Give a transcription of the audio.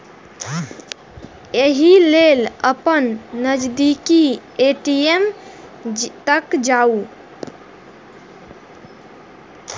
एहि लेल अपन नजदीकी ए.टी.एम तक जाउ